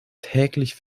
täglich